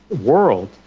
world